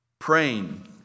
Praying